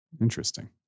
Interesting